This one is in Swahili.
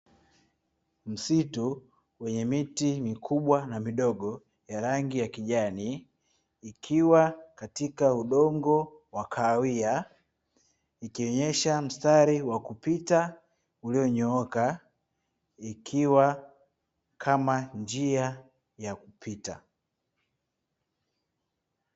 Msitu wenye miti mikubwa yenye rangi ya kijani ikiwa katika udongo wa kahawia ikionyesha mstari wa kupita ikiwa kama njia ya kupita.